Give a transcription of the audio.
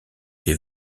des